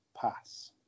Pass